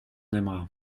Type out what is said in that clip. aimera